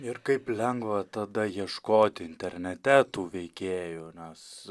ir kaip lengva tada ieškoti internete tų veikėjų nes